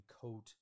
coat